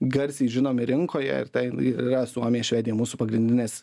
garsiai žinomi rinkoje ir tai yra suomija švedija mūsų pagrindinės